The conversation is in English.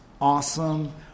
awesome